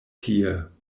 tie